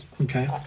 Okay